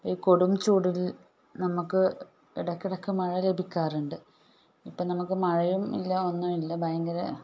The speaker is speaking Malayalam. ഈ കൊടുംചൂടിൽ നമുക്ക് ഇടയ്ക്ക് ഇടയ്ക്ക് മഴ ലഭിക്കാറുണ്ട് ഇപ്പോൾ നമുക്ക് മഴയും ഇല്ല ഒന്നും ഇല്ല ഭയങ്കര